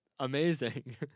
amazing